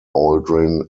aldrin